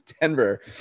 Denver